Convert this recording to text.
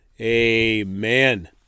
Amen